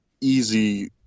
easy